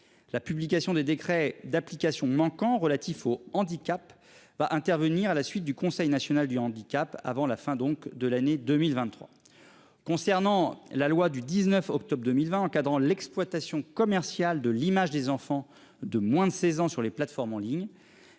La publication des décrets d'application manquant relatif au handicap va intervenir à la suite du conseil national du handicap, avant la fin donc de l'année 2023. Concernant la loi du 19 octobre 2020 encadrant l'exploitation commerciale de l'image des enfants de moins de 16 ans sur les plateformes en ligne,